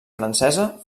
francesa